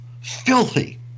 filthy